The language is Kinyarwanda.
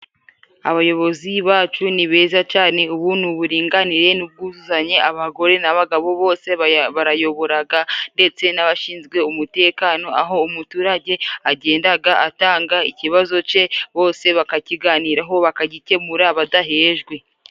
Abayobozi bacu ni beza cane ubu ni uburinganire n'ubwuzuzanye abagore n'abagabo bose barayoboraga ndetse n'abashinzwe umutekano aho umuturage agendaga atanga ikibazo ce bose bakakiganiraho bakagikemura abadahejwe.